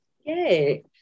yay